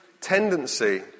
tendency